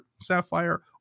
Sapphire